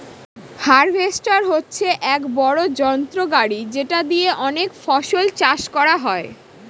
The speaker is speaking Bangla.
হার্ভেস্টর হচ্ছে এক বড়ো যন্ত্র গাড়ি যেটা দিয়ে অনেক ফসল চাষ করা যায়